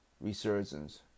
resurgence